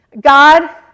God